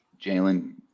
Jalen